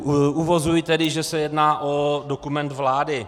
Uvozuji, že se jedná o dokument vlády.